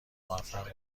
موفق